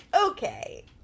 okay